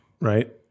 Right